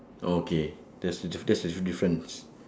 oh okay that's the diff~ that's the difference